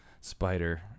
spider